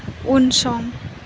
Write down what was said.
उनसं